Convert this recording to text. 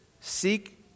seek